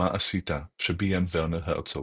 מה עשית?" שביים ורנר הרצוג.